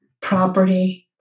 property